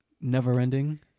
never-ending